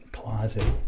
closet